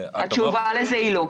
התשובה לזה היא לא.